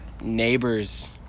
neighbors